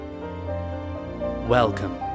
Welcome